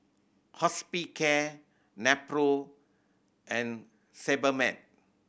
Hospicare Nepro and Sebamed